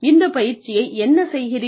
இந்த பயிற்சியில் என்ன செய்கிறீர்கள்